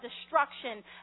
destruction